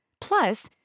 Plus